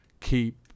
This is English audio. keep